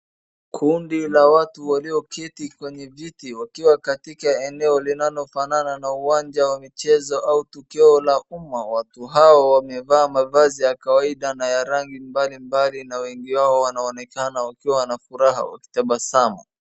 Kundi la watu walioketi kwenye viti wakiwa katiaka eneo linalofanana na uwanja wa michezo au tukio la umma. Watu hao wamevaa mavazi ya kawaida na ya rangi mbalimbali na wengi wao wanaonekana wakiwa na furaha wakitabasamu.